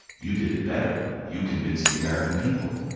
you did it better. you convinced the american people.